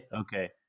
okay